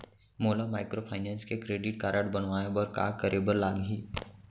मोला माइक्रोफाइनेंस के credit card बनवाए बर का करे बर लागही?